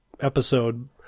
episode